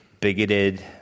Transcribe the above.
bigoted